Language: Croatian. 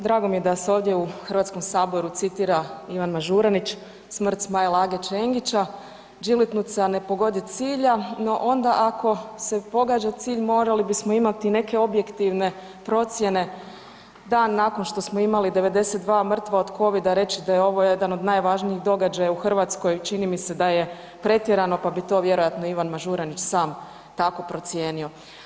Drago mi je da se ovdje u HS-u citira Ivan Mažuranić, Smrt Smail age Čengića „Đilitnica ne pogodi cilja“ no onda ako se pogađa cilj morali bismo imati neke objektivne procjene dan nakon što smo imali 92 mrtva od covida reći da je ovo jedan od najvažnijih događaja u Hrvatskoj čini mi se da je pretjerano, pa bi to vjerojatno Ivan Mažuranić sam tako procijenio.